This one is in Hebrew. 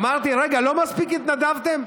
אמרתי: רגע, לא מספיק התנדבתם?